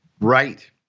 Right